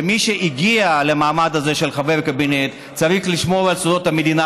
מי שהגיע למעמד הזה של חבר קבינט צריך לשמור על סודות המדינה.